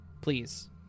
please